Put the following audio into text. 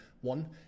one